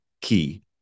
key